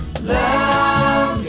Love